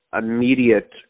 immediate